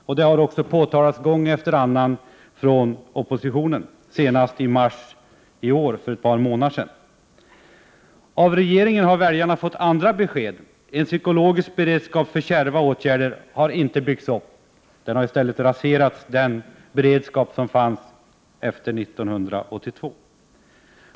Detta har oppositionen gång efter annan påtalat — senast i mars i år, alltså för bara ett par månader sedan. Av regeringen har väljarna fått andra besked. En psykologisk beredskap för kärva åtgärder har inte byggts upp. I stället har den beredskap som fanns efter 1982 raserats.